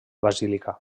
basílica